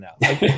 now